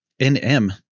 NM